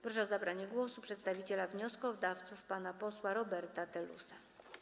Proszę o zabranie głosu przedstawiciela wnioskodawców pana posła Roberta Telusa.